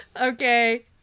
okay